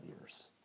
Years